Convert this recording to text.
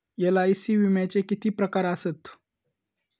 LIC विम्याचे किती प्रकार आसत?